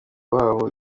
wabo